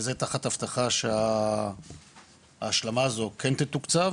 וזה תחת הבטחה שההשלמה הזו כן תתוקצב,